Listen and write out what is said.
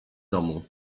domu